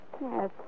Yes